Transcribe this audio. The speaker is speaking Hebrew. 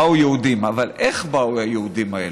באו יהודים, אבל איך באו היהודים האלה?